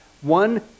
one